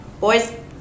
boys